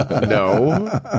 No